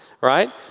right